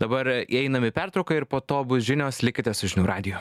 dabar einam į pertrauką ir po to bus žinios likite su žinių radiju